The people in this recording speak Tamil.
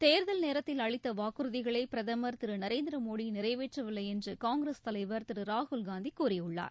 தேர்தல் நேரத்தில் அளித்த வாக்குறுதிகளை பிரதமர் திரு நரேந்திர மோடி நிறைவேற்றவில்லை என்று காங்கிரஸ் தலைவர் திரு ராகுல் காந்தி கூறியுள்ளார்